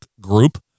group